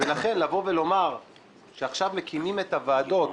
לכן, לומר שעכשיו מקימים את הוועדות